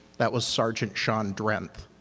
that was sergeant sean drenth.